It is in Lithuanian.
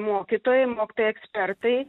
mokytojai mokytojai ekspertai